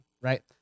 Right